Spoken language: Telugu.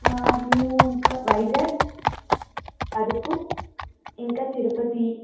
మేము ఇంకా వైజాగ్ అరకు ఇంకా తిరుపతి